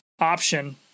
option